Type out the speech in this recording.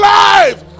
life